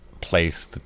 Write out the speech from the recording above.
place